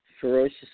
ferociously